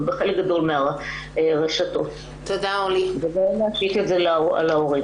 בחלק גדול מהרשתות ולא להשית את זה על ההורים.